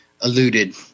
alluded